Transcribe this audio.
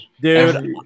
Dude